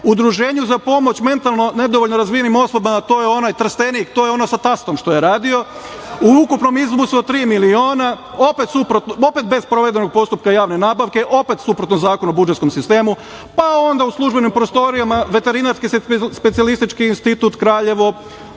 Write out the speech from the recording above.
Udruženju za pomoć mentalno nedovoljno razvijenim osobama. To je onaj Trstenik, to je ono sa tastom što je radio, u ukupnom iznosu od tri miliona bez sprovedenog postupka javne nabavke, opet suprotno Zakonu o budžetskom sistemu.U službenim prostorijama Veterinarskog specijalističkog instituta Kraljevo